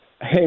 Hey